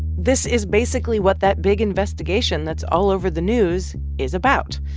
this is basically what that big investigation that's all over the news is about,